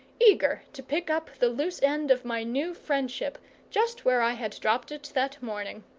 eager to pick up the loose end of my new friendship just where i had dropped it that morning.